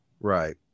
Right